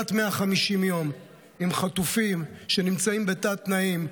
כמעט 150 יום אנחנו עם חטופים שנמצאים בתת-תנאים,